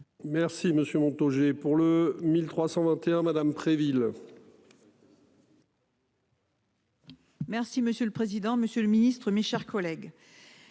Merci Monsieur Montaugé pour le 1321. Madame Préville. Merci monsieur le président, Monsieur le Ministre, mes chers collègues.